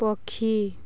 ପକ୍ଷୀ